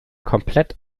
komplett